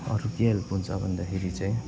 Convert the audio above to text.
अरू के हेल्प हुन्छ भन्दाखेरि चाहिँ